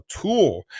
tool